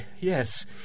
yes